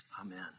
Amen